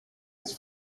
his